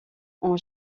ont